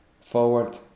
forward